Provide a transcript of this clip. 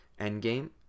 Endgame